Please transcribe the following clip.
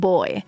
Boy